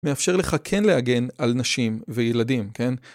מאפשר לך כן להגן על נשים וילדים, כן?